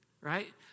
Right